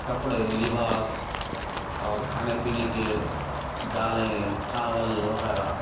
کپڑے لباس اور کھانے پینے کے دالیں چاول وغیرہ